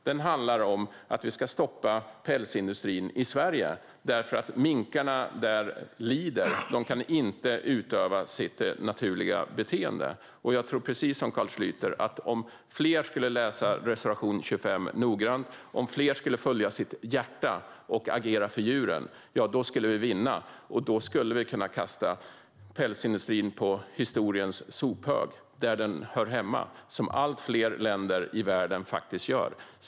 Den handlar om att vi ska stoppa pälsindustrin i Sverige därför att minkarna där lider och inte kan utöva sitt naturliga beteende. Jag tror precis som Carl Schlyter: Om fler skulle läsa reservation 25 noggrant och om fler skulle följa sitt hjärta och agera för djuren skulle vi vinna. Då skulle vi kunna kasta pälsindustrin på historiens sophög där den hör hemma. Det är något som alltfler länder i världen gör.